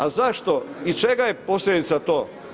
A zašto i čega je posljedica to?